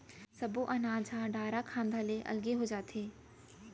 सब्बो अनाज ह डारा खांधा ले अलगे हो जाथे